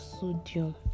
sodium